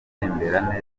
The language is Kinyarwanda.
atembera